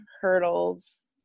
hurdles